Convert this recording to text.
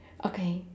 okay